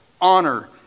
honor